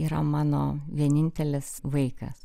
yra mano vienintelis vaikas